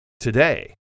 today